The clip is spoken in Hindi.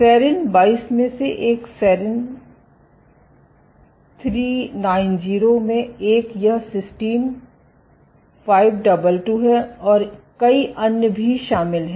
सेरीन 22 में से एक सेरीन 390 में एक यह सिस्टीन 522 है और कई अन्य भी शामिल हैं